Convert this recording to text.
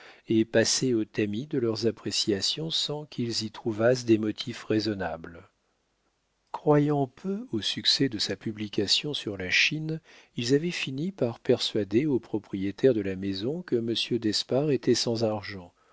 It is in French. et passées au tamis de leurs appréciations sans qu'ils y trouvassent des motifs raisonnables croyant peu au succès de sa publication sur la chine ils avaient fini par persuader au propriétaire de la maison que monsieur d'espard était sans argent